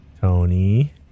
Tony